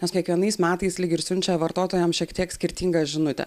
nes kiekvienais metais lyg ir siunčia vartotojams šiek tiek skirtingą žinutę